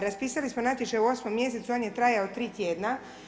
Raspisali smo natječaj u 8 mjesecu, on je trajao tri tjedna.